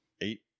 eight